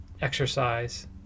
exercise